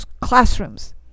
classrooms